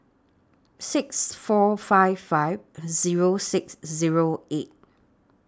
six four five five Zero six Zero eight